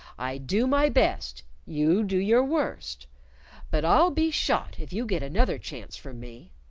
i do my best you do your worst but i'll be shot if you get another chance from me!